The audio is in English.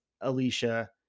Alicia